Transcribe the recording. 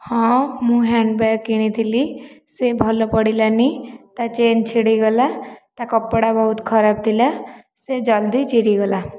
ହଁ ମୁଁ ହ୍ୟାଣ୍ଡବ୍ୟାଗ୍ କିଣିଥିଲି ସେ ଭଲ ପଡ଼ିଲାନି ତା ଚେନ୍ ଛିଡ଼ିଗଲା ତା କପଡ଼ା ବହୁତ ଖରାପ ଥିଲା ସେ ଜଲ୍ଦି ଚିରିଗଲା